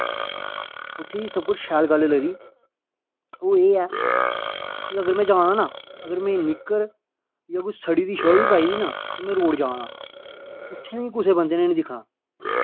उत्थै दी सब कोला शैल गल्ल लगदी ओ एह् ऐ कि अगर में जाना ना अगर में निक्कर जां कोई सड़ी दी शर्ट बी पाई दी ना ते में रोड़ जा ना उत्थै मी कुसै बंदे नै निं दिक्खना